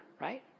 Right